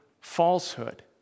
falsehood